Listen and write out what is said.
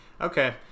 Okay